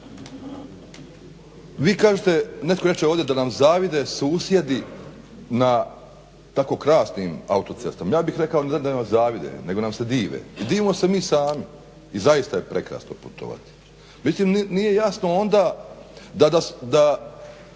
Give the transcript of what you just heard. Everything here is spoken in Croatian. Vi kažete, netko reče ovdje da nam zavide susjedi na tako krasnim autocestama. Ja bih rekao ne da nam zavide nego nam se dive. Divimo se i mi sami, i zaista je prekrasno putovati. Međutim, nije jasno onda da